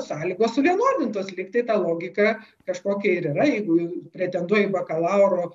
sąlygos suvienodintos lyg tai ta logika kažkokia ir yra jeigu pretenduoj į bakalauro